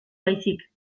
baizik